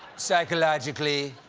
psychologically,